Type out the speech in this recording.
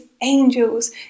angels